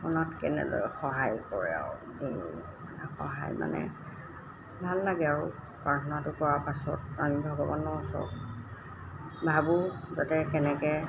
মনত কেনেদৰে সহায় কৰে আৰু সহায় মানে ভাল লাগে আৰু প্ৰাৰ্থনাটো কৰাৰ পাছত আমি ভগৱানৰ ওচৰত ভাবোঁ যাতে কেনেকৈ